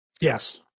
Yes